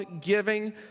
giving